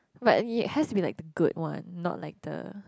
but it has to be like the good one not like the